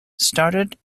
started